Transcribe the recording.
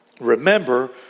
Remember